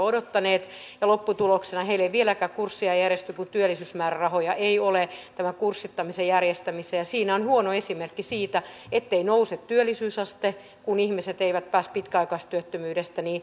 odottaneet ja lopputuloksena heille ei vieläkään kurssia järjesty koska työllisyysmäärärahoja ei ole tämän kurssittamisen järjestämiseen siinä on huono esimerkki siitä ettei nouse työllisyysaste kun ihmiset eivät pääse pitkäaikaistyöttömyydestä